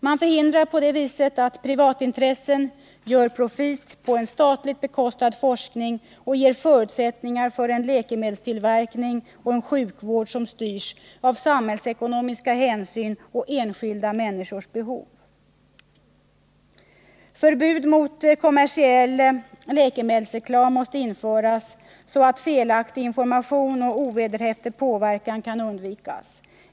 Man förhindrar på så vis att privatintressen gör profit på statligt bekostad forskning och ger förutsättningar för en läkemedelstillverkning och en sjukvård som styrs av samhällsekonomiska hänsyn och enskilda männi 39 Förbud mot kommersiell läkemedelsreklam måste införas så att felaktig information och ovederhäftig påverkan kan undvikas.